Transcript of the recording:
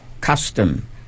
custom